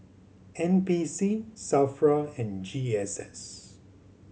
N P C S A F R A and G S S